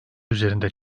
üzerinde